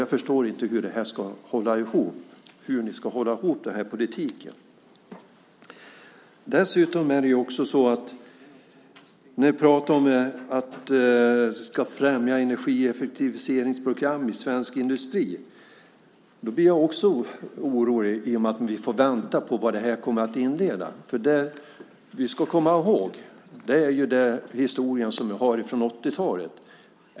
Jag förstår inte hur ni ska hålla ihop den här politiken. Ni pratar dessutom om att främja energieffektiviseringsprogram i svensk industri. Det gör mig också orolig i och med att vi får vänta på vad detta kommer att innebära. Vi ska komma ihåg vad som hände på 80-talet.